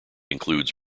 includes